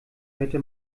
hörte